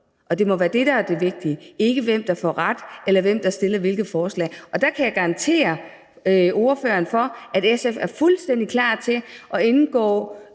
det må være det, der er det vigtige, og ikke, hvem der får ret, eller hvem der stillede hvilke forslag, og der kan jeg garantere ordføreren for, at SF er fuldstændig klar til at indgå